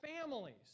families